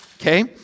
okay